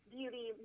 beauty